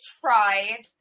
try